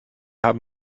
haben